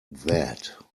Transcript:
that